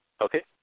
Okay